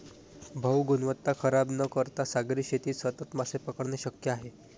भाऊ, गुणवत्ता खराब न करता सागरी शेतीत सतत मासे पकडणे शक्य आहे